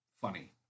funny